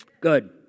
Good